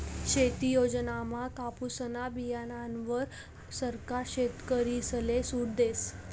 शेती योजनामा कापुसना बीयाणावर सरकार शेतकरीसले सूट देस